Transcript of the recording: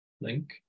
link